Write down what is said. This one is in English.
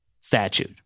statute